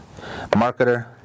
marketer